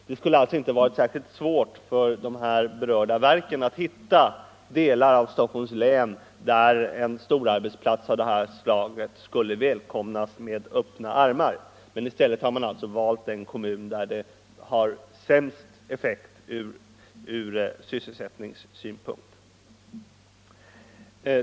Det skulle alltså inte vara särskilt svårt för de berörda verken att hitta delar av Stockholms län, där en storarbetsplats av detta slag skulle välkomnas med öppna armar, men i stället har man valt den kommun där den skulle ha den sämsta effekten.